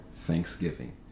thanksgiving